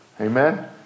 Amen